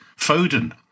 Foden